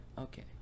Okay